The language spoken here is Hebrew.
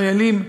חיילים,